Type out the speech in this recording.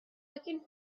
looking